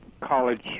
college